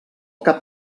cap